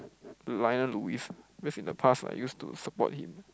Lionel-Lewis cause in the past I used to support him